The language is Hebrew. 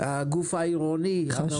אני לא